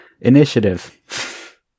Initiative